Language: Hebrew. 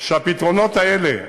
שהפתרונות האלה,